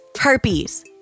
herpes